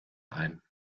ein